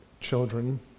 children